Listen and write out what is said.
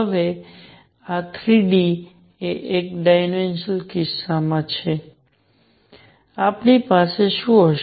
હવે આ 3 d એ એક ડાયમેન્સનલ કિસ્સામાં છે આપણી પાસે શું હશે